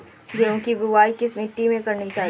गेहूँ की बुवाई किस मिट्टी में करनी चाहिए?